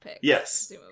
yes